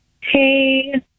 Hey